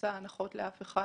הנחות לאף אחד.